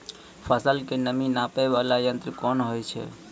फसल के नमी नापैय वाला यंत्र कोन होय छै